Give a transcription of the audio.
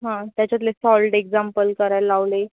हां त्याच्यातले solved example करायला लावले